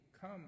come